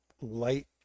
light